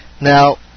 Now